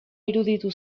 iruditu